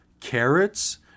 Carrots